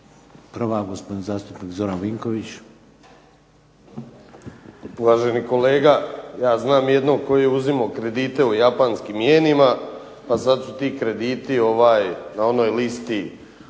Prva, gospodin zastupnik Zoran Vinković. **Vinković, Zoran (SDP)** Uvaženi kolega, ja znam jednog tko je uzimao kredite u japanskim jenima pa sad su ti krediti na onoj listi